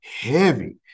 heavy